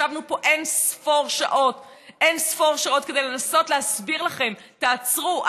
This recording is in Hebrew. ישבנו פה אין-ספור שעות כדי לנסות להסביר לכם: תעצרו,